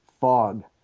fog